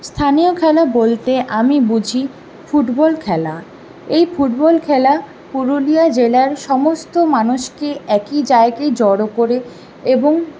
স্থানীয় খেলা বলতে আমি বুঝি ফুটবল খেলা এই ফুটবল খেলা পুরুলিয়া জেলার সমস্ত মানুষকে একই জায়গায় জড়ো করে এবং